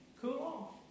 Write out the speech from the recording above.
cool